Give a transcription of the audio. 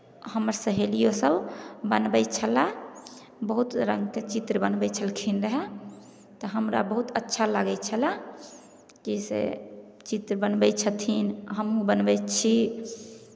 हमर सहेलियोसभ बनबै छलय बहुत रङ्गके चित्र बनबै छलखिन रहय तऽ हमरा बहुत अच्छा लागै छलय कि से चित्र बनबै छथिन हमहूँ बनबै छी